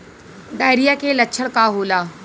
Diarrhoea के लक्षण का होला?